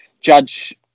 judge